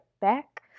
Back